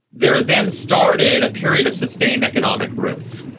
there then started a period of sustained economic growth.